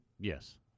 yes